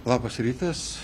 labas rytas